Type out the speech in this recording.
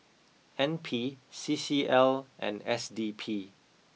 N P C C L and S D P